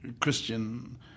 Christian